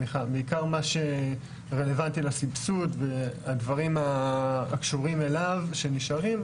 בעיקר מה שרלוונטי לסבסוד והדברים הקשורים אליו שנשארים,